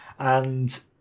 and